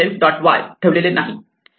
y ठेवलेले नाही